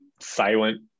silent